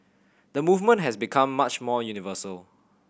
the movement has become much more universal